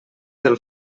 del